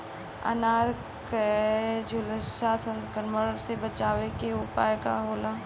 अनार के झुलसा संक्रमण से बचावे के उपाय का होखेला?